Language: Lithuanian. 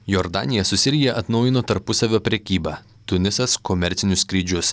jordanija su sirija atnaujino tarpusavio prekybą tunisas komercinius skrydžius